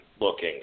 looking